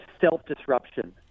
self-disruption